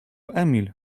emil